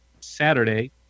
Saturday